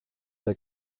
der